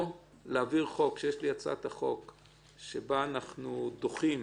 להעביר חוק, שיש לי הצעת חוק שבה אנחנו דוחים